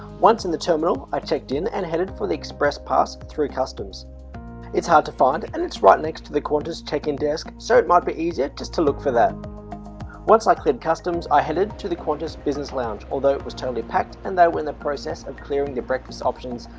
once in the terminal i checked in and headed for the express pass through customs it's hard to find and it's right next to the qantas check-in desk. so it might be easier just to look for that once i cleared customs, i headed to the qantas business lounge although it was totally packed and they were in the process of clearing the breakfast options.